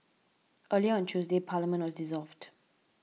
earlier on Tuesday Parliament was dissolved